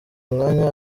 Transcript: mwanya